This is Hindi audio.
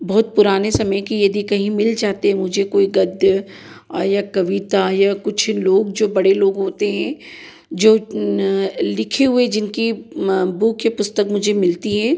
बहुत पुराने समय की यदि कहीं मिल जाते मुझे कोई गद्य या कविता या कुछ लोग जो बड़े लोग होते हैं जो लिखे हुए जिनकी बुक या पुस्तक मुझे मिलती है